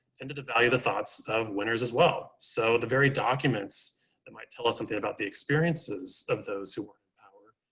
tended to value the thoughts of winners as well. so the very documents that might tell us something about the experiences of those who weren't in power,